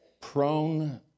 Prone